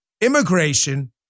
immigration